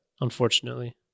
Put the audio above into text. Unfortunately